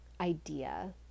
idea